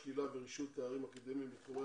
שקילה ורישוי תארים אקדמיים בתחומי